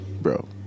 Bro